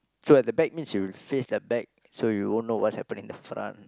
so at the back means you face the back so you won't know what's happen in my front